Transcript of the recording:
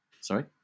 Sorry